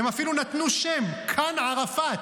והם אפילו נתנו שם: כאן ערפאת.